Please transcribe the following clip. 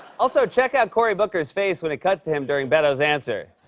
also, check out cory booker's face when it cuts to him during beto's answer.